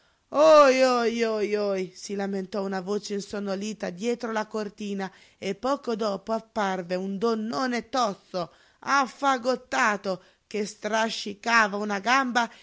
si lamentò una voce insonnolita dietro la cortina e poco dopo apparve un donnone tozzo affagottato che strascicava una gamba